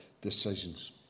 decisions